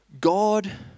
God